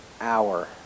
hour